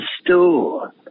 store